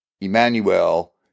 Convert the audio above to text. Emmanuel